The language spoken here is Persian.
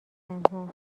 آدمها